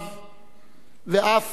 ואף יריביו לשעה.